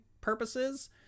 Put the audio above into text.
purposes